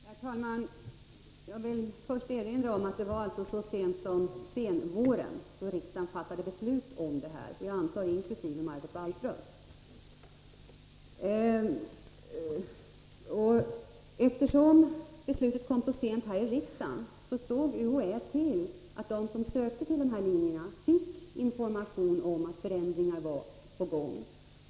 Herr talman! Jag vill först erinra om att det var så sent som på senvåren som riksdagen — inkl. Margot Wallström, antar jag — fattade beslut om detta. Eftersom beslutet kom så sent här i riksdagen såg UHÄ till att de som sökte till dessa linjer fick information om att förändringar var på gång.